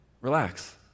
Relax